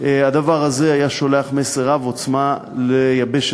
הדבר הזה היה שולח מסר רב עוצמה ליבשת